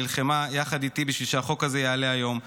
נלחמה יחד איתי בשביל שהחוק הזה יעלה היום;